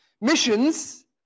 Missions